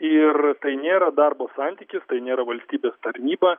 ir tai nėra darbo santykis tai nėra valstybės tarnyba